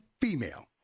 female